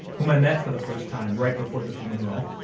whom i met for the first time right before the funeral,